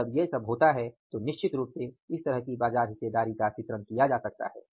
और जब यह सब होता है तो निश्चित रूप से इस तरह की बाजार हिस्सेदारी का चित्रण किया जा सकता है